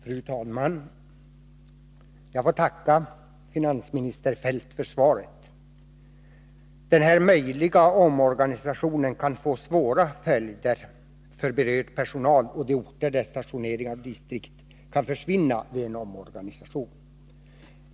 Fru talman! Jag får tacka finansminister Feldt för svaret. Denna möjliga omorganisation kan få svåra följder för berörd personal på de orter där stationeringar och distrikt kan försvinna vid en omorganisation.